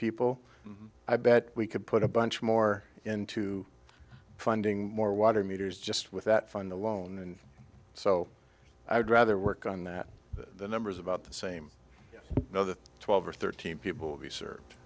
people i bet we could put a bunch more into funding more water meters just with that fund alone and so i would rather work on that the numbers about the same another twelve or thirteen people be served